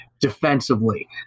defensively